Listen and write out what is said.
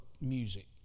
music